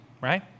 right